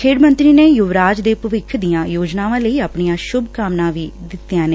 ਖੇਡ ਮੰਤਰੀ ਨੇ ਯੂਵਰਾਜ ਦੇ ਭਵਿੱਖ ਦੀਆ ਯੋਜਨਾਵਾ ਲਈ ਆਪਣੀਆ ਸੁੱਭਕਾਮਨਾਵਾ ਵੀ ਦਿੱਤੀਆ ਨੇ